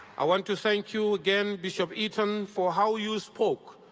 i want to thank you again, bishop eaton, for how you spoke,